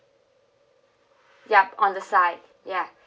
yup on the side ya